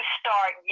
start